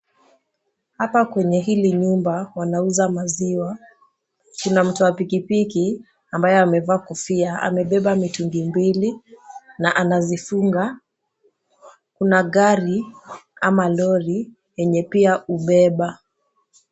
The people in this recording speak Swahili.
Hapa kwenye hili nyumba wanauza maziwa. Kuna mtu wa pikipiki ambaye amevaa kofia. Amebeba mitungi mbili na anazifunga. Kuna gari ama lori yenye pia hubeba.